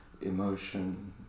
emotion